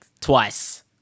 twice